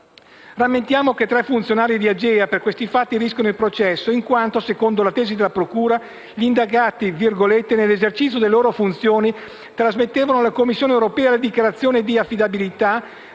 Rammentiamo che tre funzionari di AGEA, per questi fatti, rischiano il processo in quanto, secondo la tesi della procura, gli indagati «nell'esercizio delle loro funzioni trasmettevano alla Commissione europea le dichiarazioni di affidabilità